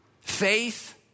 Faith